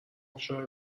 ابشار